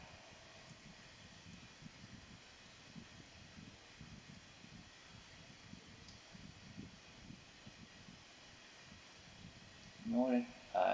more than uh